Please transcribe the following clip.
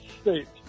States